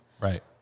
Right